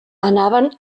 anaven